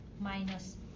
minus